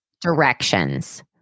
directions